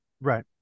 Right